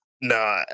no